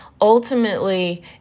ultimately